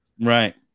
right